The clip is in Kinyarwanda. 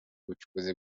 ubucukuzi